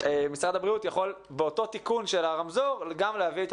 משרד הבריאות יכול באותו תיקון של הרמזור להביא גם את